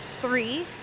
Three